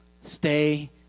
Stay